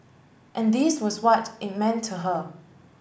and this was what it meant to her